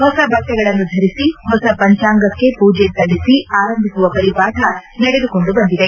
ಹೊಸ ಬಟ್ಟೆಗಳನ್ನು ಧರಿಸಿ ಹೊಸ ಪಂಚಾಂಗಕ್ಕೆ ಪೂಜೆ ಸಲ್ಲಿಸಿ ಆರಂಭಿಸುವ ಪರಿಪಾಠ ನಡೆದುಕೊಂಡು ಬಂದಿದೆ